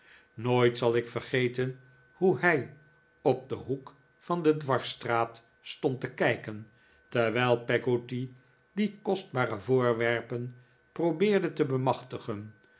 nooit zal ik vergeten hoe hij op den hoek van de dwarsstraat stond te kijken terwijl peggotty die kostbare voorwerpen probeerde te bemachtigen